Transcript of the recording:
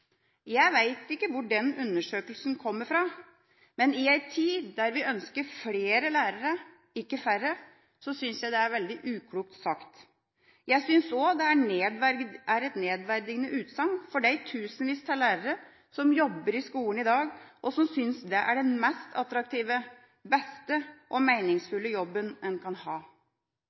Jeg vet ikke hvor den undersøkelsen kommer fra, men i en tid der vi ønsker flere lærere, ikke færre, syns jeg det er veldig uklokt sagt. Jeg synes også det er et nedverdigende utsagn for de tusenvis av lærere som jobber i skolen i dag, og som synes det er den mest attraktive, beste og mest meningsfulle jobben man kan ha.